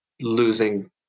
losing